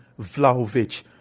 Vlahovic